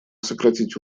сократить